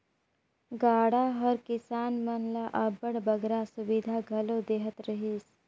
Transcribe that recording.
गाड़ा हर किसान मन ल अब्बड़ बगरा सुबिधा घलो देहत रहिस